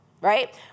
right